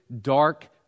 dark